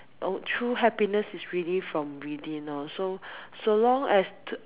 oh true happiness is really from within lor so so long as